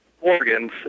organs